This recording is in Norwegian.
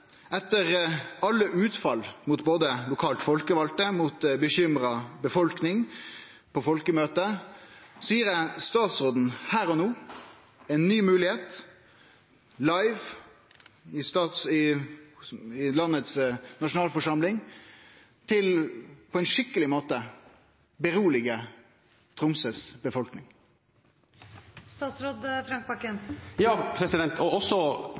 Etter alle utfall både mot lokalt folkevalde og mot ei bekymra befolkning på folkemøtet gir eg statsråden her og no ei ny moglegheit til «live» i landets nasjonalforsamling på ein skikkeleg måte å roe Tromsøs befolkning. Da får jeg også